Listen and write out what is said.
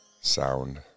sound